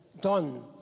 done